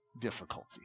difficulty